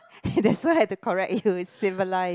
that's why I have to correct you it's simulates